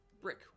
Brick